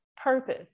purpose